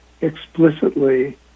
explicitly